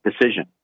decision